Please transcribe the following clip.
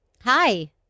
hi